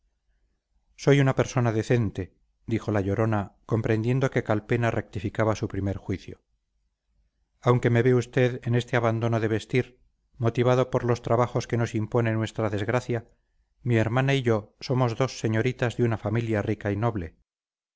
soy una persona decente dijo la llorona comprendiendo que calpena rectificaba su primer juicio aunque me ve usted en este abandono de vestir motivado por los trabajos que nos impone nuestra desgracia mi hermana y yo somos dos señoritas de una familia rica y noble